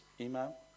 email